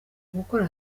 gukora